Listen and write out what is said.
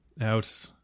out